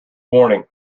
warning